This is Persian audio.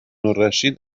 الرشید